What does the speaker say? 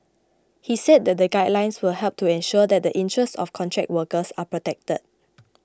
he said that the guidelines will help to ensure that the interests of contract workers are protected